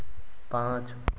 पाँच